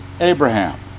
Abraham